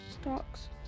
Stocks